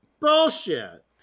bullshit